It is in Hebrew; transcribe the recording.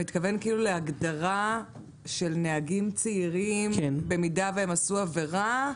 אתה מתכוון להגדרה של נהגים צעירים במידה והם עשו עבירה?